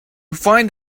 find